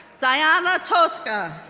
diana tosca,